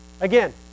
Again